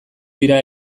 dira